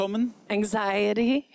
Anxiety